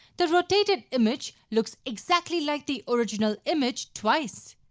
the rotated image looks exactly like the original image twice.